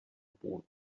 boden